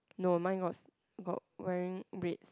no mine got got wearing reds